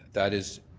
that is,